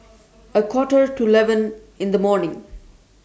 A Quarter to eleven in The morning